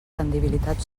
rendibilitat